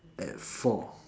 at four